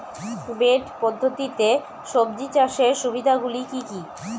Bed পদ্ধতিতে সবজি চাষের সুবিধাগুলি কি কি?